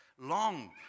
Long